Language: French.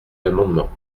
l’amendement